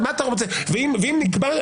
ואם נקבע,